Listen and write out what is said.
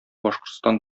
башкортстан